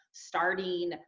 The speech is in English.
starting